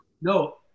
No